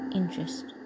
interest